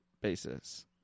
basis